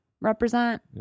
Represent